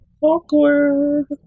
Awkward